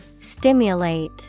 Stimulate